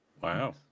Wow